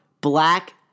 black